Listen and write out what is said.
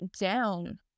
down